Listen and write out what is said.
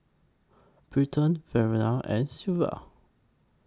Britton Valery and Sylvia